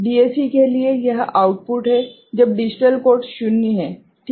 DAC के लिए यह आउटपुट है जब डिजिटल कोड शून्य है ठीक है